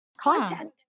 content